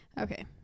Okay